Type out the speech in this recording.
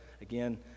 again